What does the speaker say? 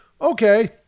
Okay